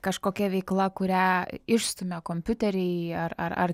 kažkokia veikla kurią išstumia kompiuteriai ar ar ar